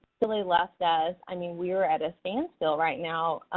really left us i mean, we are at a standstill right now.